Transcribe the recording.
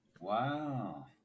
Wow